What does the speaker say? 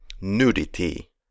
nudity